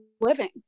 living